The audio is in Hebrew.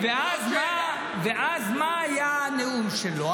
ואז מה היה הנאום שלו?